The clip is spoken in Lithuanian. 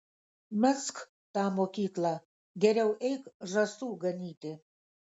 mesk tą mokyklą geriau eik žąsų ganyti